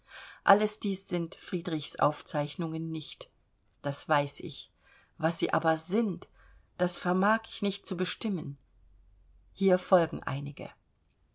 alles dies sind friedrichs aufzeichnungen nicht das weiß ich was sie aber sind das vermag ich nicht zu bestimmen hier folgen einige